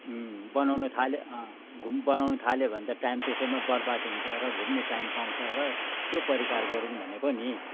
उम् बनाउनु थाल्यो अँ घुम् बनाउनु थाल्यो भने त टाइम त्यसैमा बर्बाद हुन्छ र घुम्ने टाइम पाउँछ र त्यो प्रकार गरौँ भनेको नि